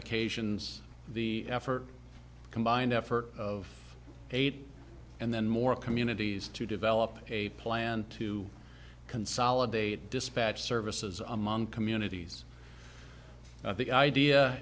occasions the effort combined effort of eight and then more communities to develop a plan to consolidate dispatch services among communities the idea